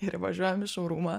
ir važiuojam į šourumą